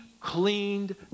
cleaned